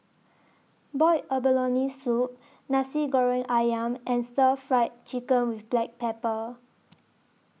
boiled abalone Soup Nasi Goreng Ayam and Stir Fried Chicken with Black Pepper